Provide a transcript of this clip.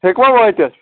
ہیٚکوا وٲتِتھ